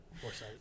foresight